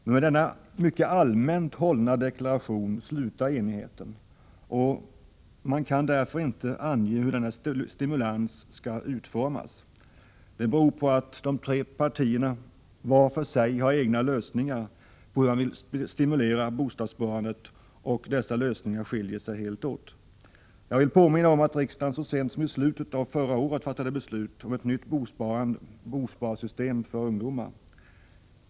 Men med denna mycket allmänt hållna deklaration slutar enigheten, och man kan därför inte ange hur denna stimulans skall utformas. Det beror på att de tre partierna vart och ett för sig har egna lösningar på hur man vill stimulera bostadssparandet, och dessa lösningar skiljer sig helt åt. Jag vill påminna om att riksdagen så sent som i slutet av förra året fattade beslut om ett nytt bosparsystem för ungdomar.